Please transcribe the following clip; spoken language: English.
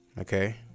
okay